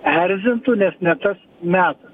erzintų nes ne tas metas